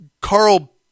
Carl